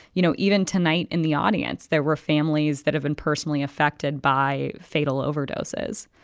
you know, even tonight in the audience, there were families that have been personally affected by fatal overdoses